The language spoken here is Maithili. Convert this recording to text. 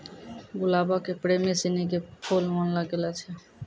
गुलाबो के प्रेमी सिनी के फुल मानलो गेलो छै